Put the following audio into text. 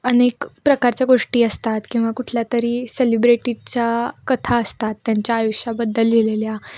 अनेक प्रकारच्या गोष्टी असतात किंवा कुठल्या तरी सेलिब्रेटीजच्या कथा असतात त्यांच्या आयुष्याबद्दल लिहिलेल्या